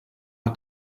hat